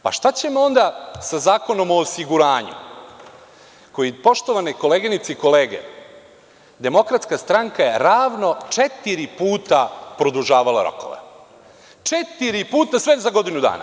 Pa, šta ćemo onda sa Zakonom o osiguranju, koji je, poštovane koleginice i kolege, DS ravno četiri puta produžavala rokove, četiri puta sve za godinu dana?